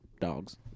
dogs